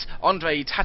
Andre